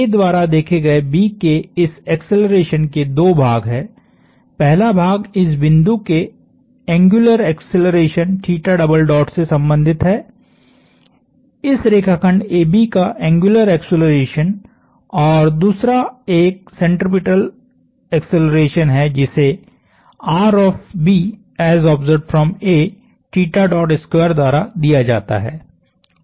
A द्वारा देखे गए B के इस एक्सेलरेशन के दो भाग हैं पहला भाग इस बिंदु के एंग्युलर एक्सेलरेशन से संबंधित है इस रेखाखंड AB का एंग्युलर एक्सेलरेशन और दूसरा एक सेंट्रिपेटल एक्सेलरेशन है जिसे द्वारा दिया जाता है